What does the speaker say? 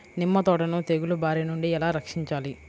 నిమ్మ తోటను తెగులు బారి నుండి ఎలా రక్షించాలి?